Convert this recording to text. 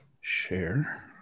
Share